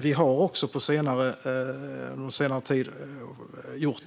Vi har på senare tid också